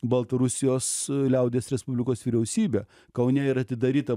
baltarusijos liaudies respublikos vyriausybė kaune yra atidaryta